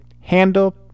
handle